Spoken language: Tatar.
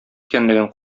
икәнлеген